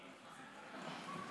בבקשה.